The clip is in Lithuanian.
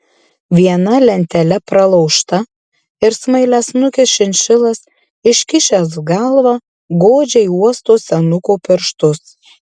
viena lentele pralaužta ir smailiasnukis šinšilas iškišęs galvą godžiai uosto senuko pirštus